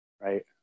right